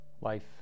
Life